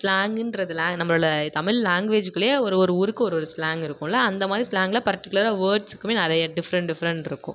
ஸ்லாங்குன்றதுலாம் நம்மளோட தமிழ் லாங்வேஜ்குள்ளேயே ஒரு ஒரு ஊருக்கு ஒரு ஒரு ஸ்லாங் இருக்கும்ல அந்தமாதிரி ஸ்லாங்கில் பர்ட்டிகுலராக வேர்ட்ஸுக்குமே நிறைய டிஃப்ரெண்ட் டிஃப்ரெண்ட் இருக்கும்